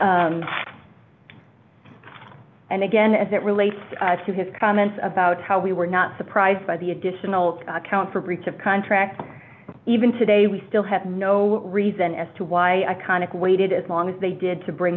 and again as it relates to his comments about how we were not surprised by the additional account for breach of contract even today we still have no reason as to why connick waited as long as they did to bring